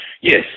Yes